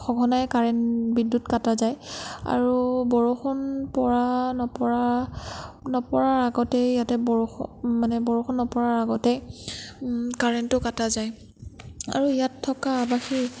সঘনাই কাৰেণ্ট বিদ্য়ুৎ কাটা যায় আৰু বৰষুণ পৰা নপৰা নপৰাৰ আগতেই ইয়াতে বৰষুণ মানে বৰষুণ নপৰাৰ আগতেই কাৰেণ্টো কটা যায় আৰু ইয়াত থকা আৱাসী